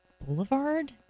Boulevard